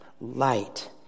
light